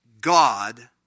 God